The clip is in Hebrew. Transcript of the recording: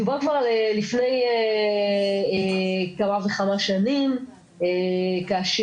מדובר כבר על לפני כמה וכמה שנים כאשר